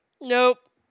nope